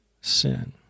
sin